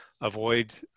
avoid